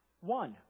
one